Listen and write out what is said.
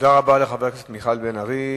תודה רבה לחבר הכנסת מיכאל בן-ארי.